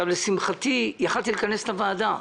לשמחתי יכולתי לכנס את הוועדה,